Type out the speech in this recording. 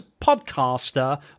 podcaster